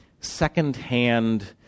secondhand